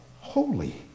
holy